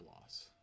loss